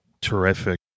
terrific